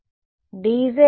విద్యార్థి dz prime కోసం